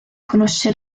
conosce